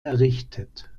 errichtet